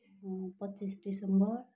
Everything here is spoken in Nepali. पच्चिस दिसम्बर